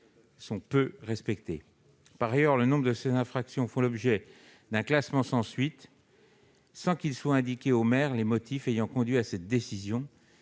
faits, peu respectées. Par ailleurs, nombre de ces infractions font l'objet d'un classement sans suite sans qu'il soit indiqué aux maires les motifs ayant conduit à cette décision.